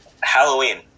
Halloween